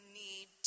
need